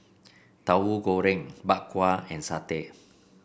Tahu Goreng Bak Kwa and satay